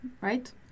right